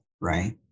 right